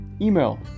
email